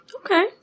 Okay